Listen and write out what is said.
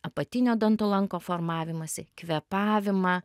apatinio dantų lanko formavimąsi kvėpavimą